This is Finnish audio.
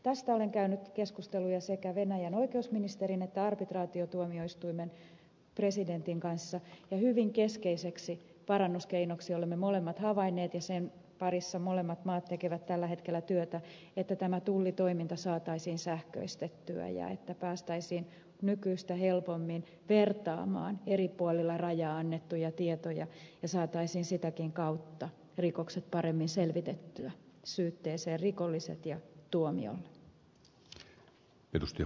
tästä olen käynyt keskusteluja sekä venäjän oikeusministerin että arbitraatiotuomioistuimen presidentin kanssa ja hyvin keskeiseksi parannuskeinoksi olemme molemmat havainneet sen ja sen parissa molemmat maat tekevät tällä hetkellä työtä että tullitoiminta saataisiin sähköistettyä ja että päästäisiin nykyistä helpommin vertaamaan eri puolilla rajaa annettuja tietoja ja saataisiin sitäkin kautta rikokset paremmin selvitettyä rikolliset syytteeseen ja tuomiolle